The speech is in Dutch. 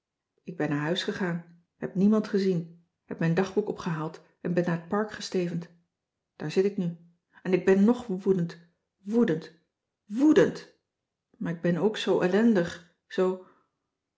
ik ben naar huis gegaan heb niemand gezien heb mijn dagboek opgehaald en ben naar t park gestevend daar zit ik nu en ik ben ng woedend woèdend woedend maar ik ben ook zoo ellendig zoo